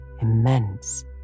immense